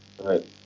Right